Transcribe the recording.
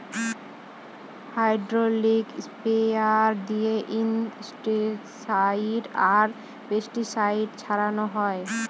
hydraulic sprayer দিয়ে insecticide আর pesticide ছড়ানো হয়